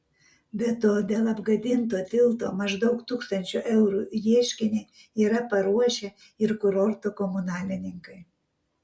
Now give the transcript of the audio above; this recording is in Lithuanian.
be to dėl apgadinto tilto maždaug tūkstančio eurų ieškinį yra paruošę ir kurorto komunalininkai